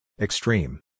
Extreme